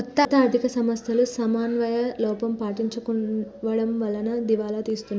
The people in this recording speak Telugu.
కొన్ని ఆర్ధిక సంస్థలు సమన్వయ లోపం పాటించకపోవడం వలన దివాలా తీస్తున్నాయి